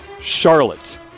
Charlotte